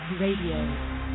Radio